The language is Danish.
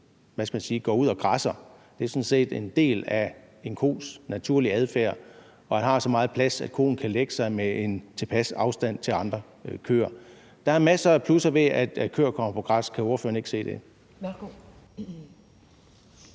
hvad skal man sige – går ud og græsser, er sådan set en del af en kos naturlige adfærd, og det er også naturligt, at den har så meget plads, at den kan lægge sig med en tilpas afstand til andre køer. Der er masser af plusser ved, at køer kommer på græs – kan ordføreren ikke se det?